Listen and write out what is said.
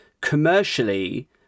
commercially